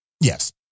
Yes